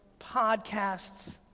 podcasts,